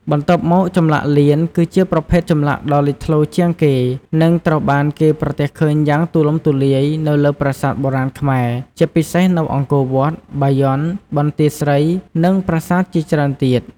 បន្ទាប់មក ចម្លាក់លៀន គឺជាប្រភេទចម្លាក់ដ៏លេចធ្លោជាងគេ និងត្រូវបានគេប្រទះឃើញយ៉ាងទូលំទូលាយនៅលើប្រាសាទបុរាណខ្មែរ ជាពិសេសនៅអង្គរវត្ត បាយ័ន បន្ទាយស្រី និងប្រាសាទជាច្រើនទៀត។